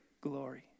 glory